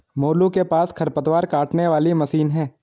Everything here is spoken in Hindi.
मोलू के पास खरपतवार काटने वाली मशीन है